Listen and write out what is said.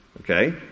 Okay